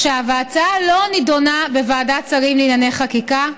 ההצעה לא נדונה בוועדת השרים לענייני חקיקה.